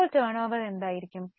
അപ്പോൾ ടേൺഓവർ എന്തായിരിക്കും